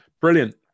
Brilliant